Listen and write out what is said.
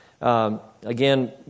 Again